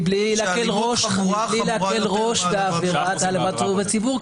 כמובן מבלי להקל ראש בעבירת העלבת עובד ציבור.